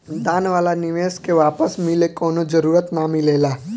दान वाला निवेश के वापस मिले कवनो जरूरत ना मिलेला